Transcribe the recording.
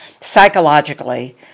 psychologically